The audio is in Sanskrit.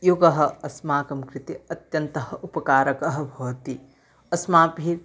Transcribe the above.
योगः अस्माकं कृते अत्यन्तः उपकारकः भवति अस्माभिः